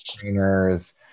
trainers